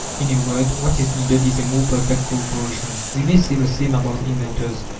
in a word, what is needed is a more perfect co-operation. we may say the same about inventors,